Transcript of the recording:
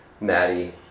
Maddie